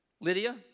Lydia